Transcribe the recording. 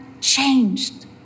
changed